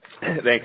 thanks